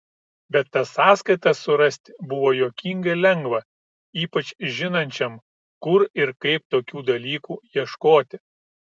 bet tas sąskaitas surasti buvo juokingai lengva ypač žinančiam kur ir kaip tokių dalykų ieškoti